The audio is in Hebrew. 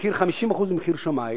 במחיר 50% ממחיר שמאי,